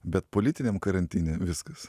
bet politiniam karantine viskas